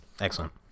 Excellent